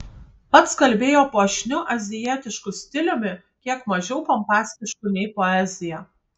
pats kalbėjo puošniu azijietišku stiliumi kiek mažiau pompastišku nei poezija